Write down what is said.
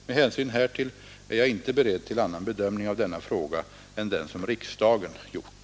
Med hänsyn härtill är jag inte beredd till annan bedömning av denna fråga än den som riksdagen gjort.